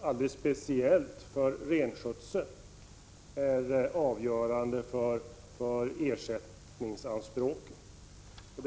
och alldeles speciellt för renskötseln är avgörande för ersättningsanspråken.